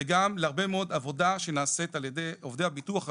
וגם להרבה מאוד עבודה שנעשית על ידי עובדי הביטוח הלאומי,